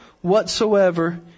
whatsoever